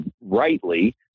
rightly